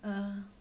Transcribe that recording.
uh